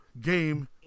game